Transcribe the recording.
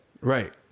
Right